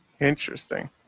interesting